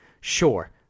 sure